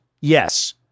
yes